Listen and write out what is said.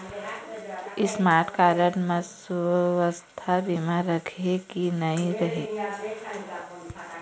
Smart card म सुवास्थ बीमा रथे की नई रहे?